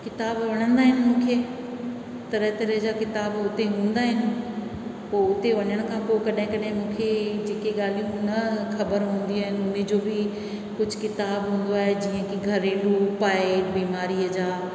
किताब वणंदा आहिनि मूंखे तरह तरह जा किताब हुते हूंदा आहिनि उते पोइ उते वञण खां पोइ कॾहिं कॾहिं मूंखे जेके ॻाल्हियूं न ख़बर हूंदियूं आहिनि उन जो बि कुझु किताब हूंदो आहे जीअं की घरेलू उपाय